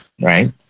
right